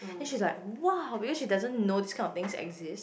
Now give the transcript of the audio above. then she's like !wow! because she doesn't know this kind of thing exists